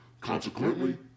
Consequently